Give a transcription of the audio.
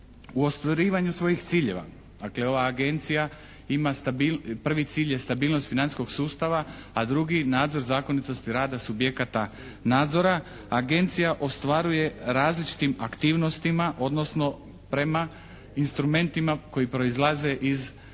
U ostvarivanju svojih ciljeva, dakle ova agencija ima prvi cilj stabilnost financijskog sustava, a drugi nadzor zakonitosti rada subjekata nadzora. Agencija ostvaruje različitim aktivnostima, odnosno prema instrumentima koji proizlaze iz Zakona